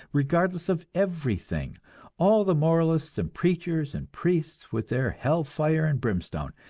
regardless of everything all the moralists and preachers and priests with their hell fire and brimstone.